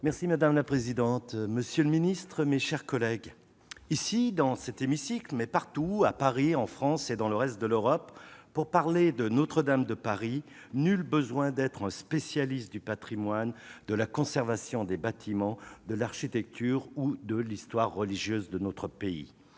Madame la présidente, monsieur le ministre, mes chers collègues, dans cet hémicycle comme partout, à Paris, en France et dans le reste de l'Europe, le même constat s'impose : pour parler de Notre-Dame de Paris, nul besoin d'être un spécialiste du patrimoine, de la conservation des bâtiments, de l'architecture ou de l'histoire religieuse de notre pays.